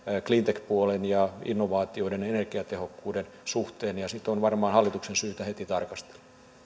cleantech puolen ja innovaatioiden ja energiatehokkuuden suhteen sitä on hallituksen varmaan syytä heti tarkastella